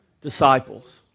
disciples